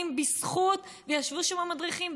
וישבו שם המדריכים,